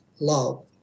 love